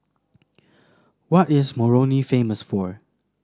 what is Moroni famous for